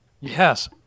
Yes